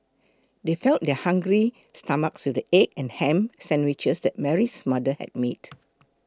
they fed their hungry stomachs with the egg and ham sandwiches that Mary's mother had made